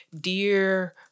Dear